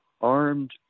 armed